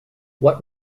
what